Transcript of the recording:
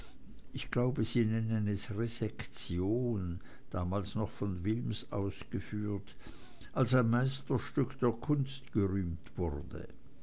ich glaube sie nennen es resektion damals noch von wilms ausgeführt als ein meisterstück der kunst gerühmt wurde